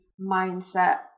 mindset